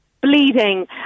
bleeding